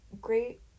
great